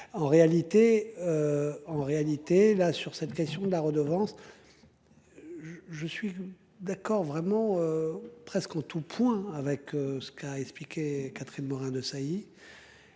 En réalité là, sur cette question de la redevance. Je suis d'accord vraiment. Presque en tous points avec ce qu'a expliqué Catherine Morin-Desailly.